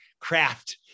craft